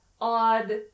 odd